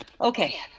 okay